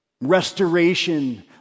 Restoration